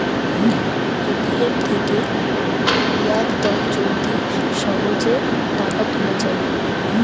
ATM থেকে ইয়াকদম জলদি সহজে টাকা তুলে যায়